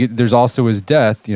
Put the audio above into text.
there's also his death. yeah